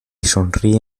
sonríe